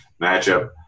matchup